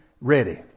ready